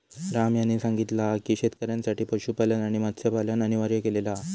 राम यांनी सांगितला हा की शेतकऱ्यांसाठी पशुपालन आणि मत्स्यपालन अनिवार्य केलेला हा